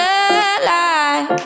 alive